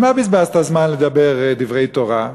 בשביל מה בזבזת זמן לדבר דברי תורה?